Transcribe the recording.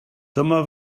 dyma